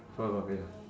foie gras ya